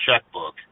checkbook